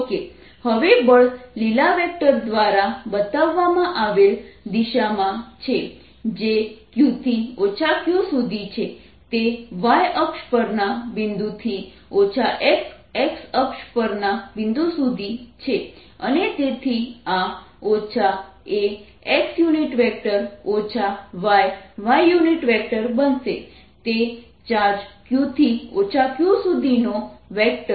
જો કે હવે બળ લીલા વેક્ટર દ્વારા બતાવવામાં આવેલ દિશામાં છે જે q થી Q સુધી છે તે y અક્ષ પરના બિંદુ થી x અક્ષ પરના બિંદુ સુધી છે અને તેથી આ a x y y બનશે તે ચાર્જ q થી Q સુધીનો વેક્ટર છે